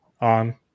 on